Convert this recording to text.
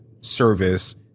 service